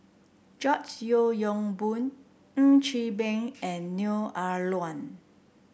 George Yeo Yong Boon Ng Chee Meng and Neo Ah Luan